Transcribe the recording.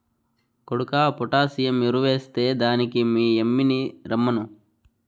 కొడుకా పొటాసియం ఎరువెస్తే దానికి మీ యమ్మిని రమ్మను